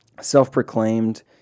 self-proclaimed